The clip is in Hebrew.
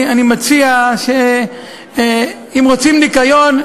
אם רוצים ניקיון,